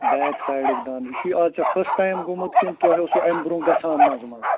back سایڈُک دَنٛد یہِ چھُے آز ژےٚ فٔسٹ ٹایِم گوٚمُت کِنہٕ تۄہہِ اوسو اَمہِ برٛونٛہہ گژھان منٛزٕ منٛزٕ